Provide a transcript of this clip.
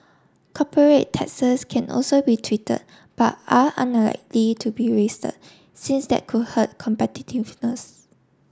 corporate taxes can also be tweeted but are unlikely to be raised since that could hurt competitiveness